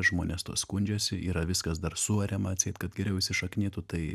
žmonės tuo skundžiasi yra viskas dar suariama atseit kad geriau įsišaknytų tai